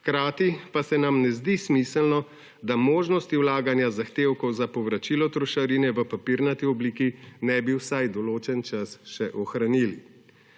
hkrati pa se nam ne zdi smiselno, da možnosti vlaganja zahtevkov za povračilo trošarine v papirnati obliki ne bi vsaj določen čas še ohranili.